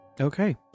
okay